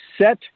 set